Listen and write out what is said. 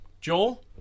Joel